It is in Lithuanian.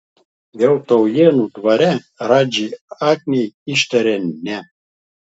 jau taujėnų dvare radži agnei ištarė ne